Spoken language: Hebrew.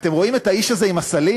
'אתם רואים את האיש הזה, עם הסלים?